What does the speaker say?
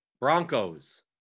Broncos